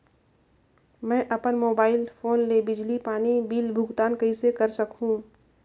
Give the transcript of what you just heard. मैं अपन mobile phone ले बिजली पानी बिल भुगतान कइसे कर सकहुं?